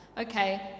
Okay